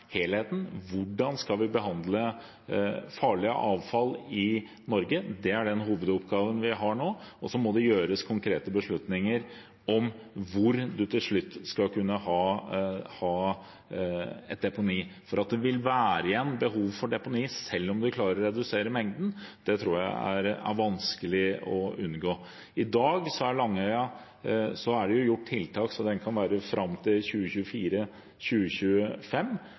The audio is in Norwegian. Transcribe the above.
helheten: Hvordan skal vi behandle farlig avfall i Norge? Det er hovedoppgaven vi har nå. Og så må det gjøres konkrete beslutninger om hvor vi til slutt skal ha et deponi. At det vil være et behov for deponi selv om vi klarer å redusere mengden, tror jeg det er vanskelig å unngå. I dag er det gjort tiltak på Langøya sånn at deponiet kan være fram til